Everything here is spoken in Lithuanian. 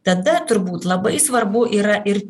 tada turbūt labai svarbu yra ir